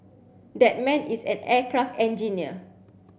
that man is an aircraft engineer